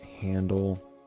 handle